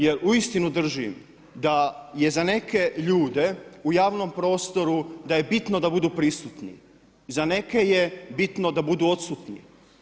Jer uistinu držim da je za neke ljude u javnom prostoru da je bitno da budu prisutni, za neke je bitno da budu odsutni.